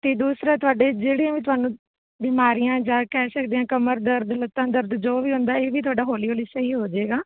ਅਤੇ ਦੂਸਰਾ ਤੁਹਾਡੇ ਜਿਹੜੀਆਂ ਵੀ ਤੁਹਾਨੂੰ ਬਿਮਾਰੀਆਂ ਜਾਂ ਕਹਿ ਸਕਦੇ ਹਾਂ ਕਮਰ ਦਰਦ ਲੱਤਾਂ ਦਰਦ ਜੋ ਵੀ ਹੁੰਦਾ ਇਹ ਵੀ ਤੁਹਾਡਾ ਹੌਲੀ ਹੌਲੀ ਸਹੀ ਹੋ ਜਾਏਗਾ